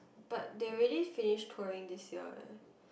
but they already finish touring this year eh